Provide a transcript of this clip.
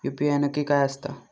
UPI नक्की काय आसता?